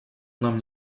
нам